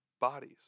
bodies